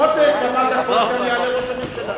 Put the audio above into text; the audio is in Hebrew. עוד כמה דקות יעלה ראש הממשלה.